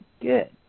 Good